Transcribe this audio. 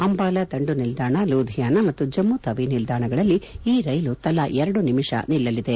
ಅಂಬಾಲಾ ದಂಡು ನಿಲ್ದಾಣ ಲೂಧಿಯಾನ ಮತ್ತು ಜಮ್ನು ತಾವಿ ನಿಲ್ದಾಣಗಳಲ್ಲಿ ಈ ರೈಲು ತಲಾ ಎರಡು ನಿಮಿಷ ನಿಲ್ಲಲಿದೆ